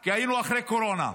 כי היינו אחרי קורונה,